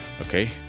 okay